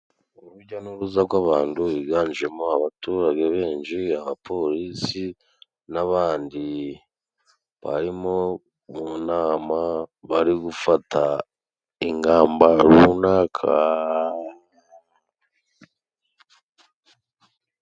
Urujya n'uruza gw'abandu higanjemo abaturage benji, abapolisi n'abandi barimo mu nama bari gufata ingamba runaka.